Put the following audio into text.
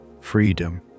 freedom